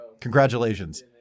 Congratulations